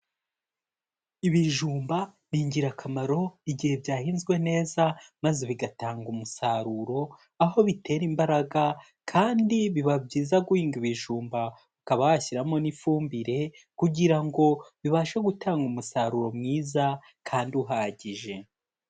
Ibijumba ni ingirakamaro igihe byahinzwe neza maze bigatanga umusaruro, aho bitera imbaraga kandi biba byiza guhinga ibijumba ukaba washyiramo n'ifumbire kugira ngo bibashe gutanga umusaruro mwiza kandi uhagije.